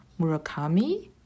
Murakami